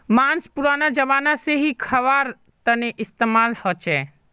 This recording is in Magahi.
माँस पुरना ज़माना से ही ख्वार तने इस्तेमाल होचे